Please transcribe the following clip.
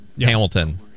Hamilton